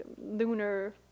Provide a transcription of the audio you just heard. lunar